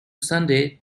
sunday